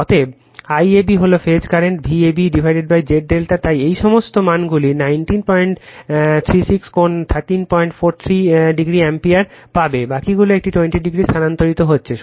অতএব IAB হল phase current VabZ ∆ তাই এই সমস্ত মানগুলি 1936 কোণ 1343o অ্যাম্পিয়ার পাবে বাকিগুলি একটি 20o স্থানান্তরিত হচ্ছে